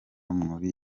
muri